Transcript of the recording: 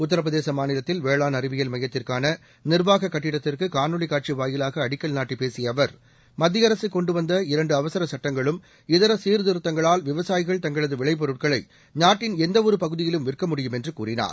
உத்தரபிரதேச மாநிலத்தில் வேளாண் அறிவியல் மையத்திற்கான நிர்வாகக் கட்டடத்திற்கு காணொலிக் காட்சி வாயிலாக அடிக்கல் நாட்டிப் பேசிய அவர் மத்திய அரசு கொண்டு வந்த இரண்டு அவசரச் சட்டங்களும் இதர சீர்திருத்தங்களால் விவசாயிகள் தங்களது விளைபொருட்களை நாட்டின் எந்தவொரு பகுதியிலும் விற்க முடியும் என்று கூறினார்